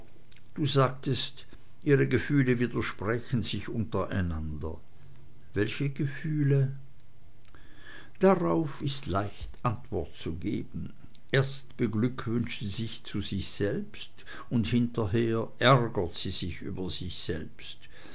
du sagtest ihre gefühle widersprächen sich untereinander welche gefühle darauf ist leicht antwort geben erst beglückwünscht sie sich zu sich selbst und hinterher ärgert sie sich über sich selbst